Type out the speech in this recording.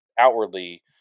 Outwardly